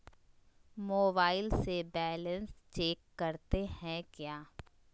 Mobile से balance check करते हैं क्या?